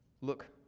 look